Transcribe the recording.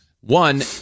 one